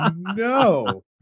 no